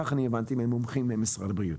כך הבנתי ממומחים במשרד הבריאות.